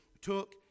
took